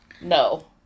No